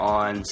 on